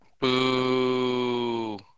Boo